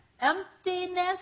Emptiness